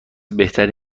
بهتری